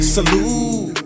Salute